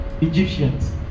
egyptians